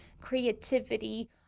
creativity